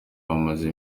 bamaze